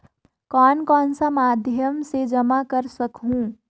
कौन कौन सा माध्यम से जमा कर सखहू?